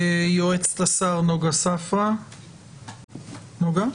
יועצת השר נגה ספרא, נוגה?